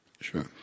Sure